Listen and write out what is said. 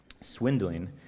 swindling